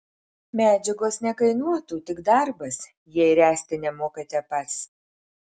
medžiagos nekainuotų tik darbas jei ręsti nemokate pats